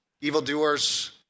Evildoers